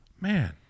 man